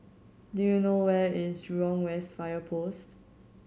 do you know where is Jurong West Fire Post